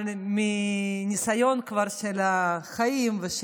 אבל מניסיון חיים ושל